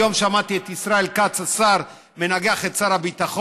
היום שמעתי את השר ישראל כץ השר מנגח את שר הביטחון.